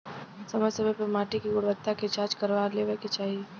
समय समय पे माटी के गुणवत्ता के जाँच करवा लेवे के चाही